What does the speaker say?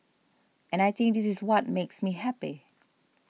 and I think this is what makes me happy